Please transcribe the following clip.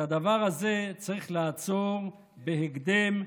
את הדבר הזה צריך לעצור בהקדם,